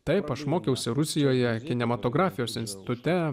taip aš mokiausi rusijoje kinematografijos institute